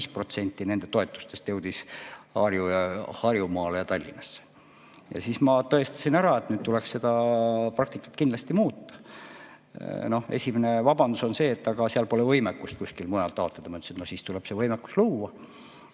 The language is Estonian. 85% nende toetustest jõudis Harjumaale ja Tallinnasse. Ja siis ma tõestasin ära, et nüüd tuleks seda praktikat kindlasti muuta. Esimene vabandus on see, et aga seal pole võimekust kuskil mujal taotleda. Ma ütlesin, et no siis tuleb see võimekus luua,